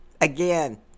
Again